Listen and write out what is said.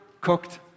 cooked